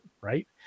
right